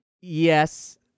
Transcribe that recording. yes